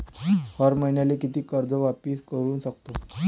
हर मईन्याले कितीक कर्ज वापिस करू सकतो?